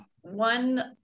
one